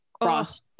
cross